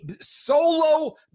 solo